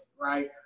right